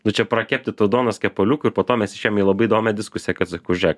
nu čia prakepti tų duonos kepaliukų ir po to mes išėjom į labai įdomią diskusiją kad sakau žiūrėk